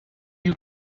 you